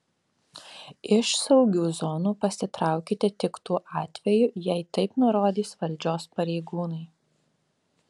iš saugių zonų pasitraukite tik tuo atveju jei taip nurodys valdžios pareigūnai